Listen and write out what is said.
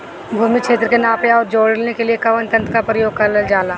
भूमि क्षेत्र के नापे आउर जोड़ने के लिए कवन तंत्र का प्रयोग करल जा ला?